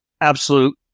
Absolute